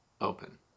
open